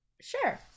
Sure